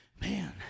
Man